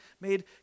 made